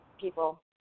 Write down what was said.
people